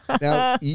Now